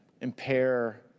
impair